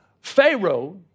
Pharaoh